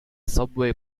subway